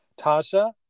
Tasha